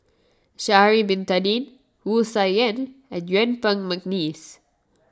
Sha'ari Bin Tadin Wu Tsai Yen and Yuen Peng McNeice